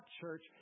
church